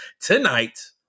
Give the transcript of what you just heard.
tonight